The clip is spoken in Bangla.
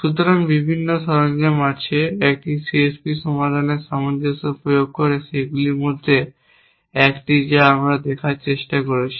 সুতরাং বিভিন্ন সরঞ্জাম রয়েছে একটি CSP সমাধানের সামঞ্জস্য প্রয়োগ সেইগুলির মধ্যে একটি যা আমরা আজকে দেখার চেষ্টা করছি